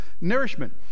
nourishment